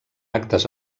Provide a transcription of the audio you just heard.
actes